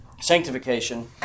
Sanctification